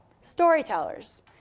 storytellers